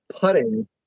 putting